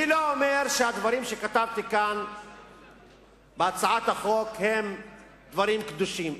אני לא אומר שהדברים שכתבתי כאן בהצעת החוק הם דברים קדושים,